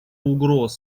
угроз